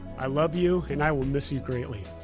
i love you and i will miss you greatly.